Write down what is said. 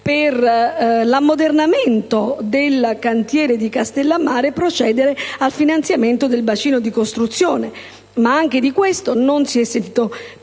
per l'ammodernamento del cantiere di Castellammare, procedere al finanziamento del bacino di costruzione: anche di questo non si è più